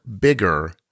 bigger